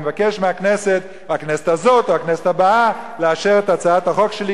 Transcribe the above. אני מבקש מהכנסת הזאת או מהכנסת הבאה לאשר את הצעת החוק שלי,